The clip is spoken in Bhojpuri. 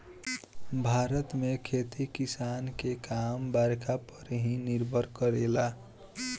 भारत में खेती किसानी के काम बरखा पर ही निर्भर करेला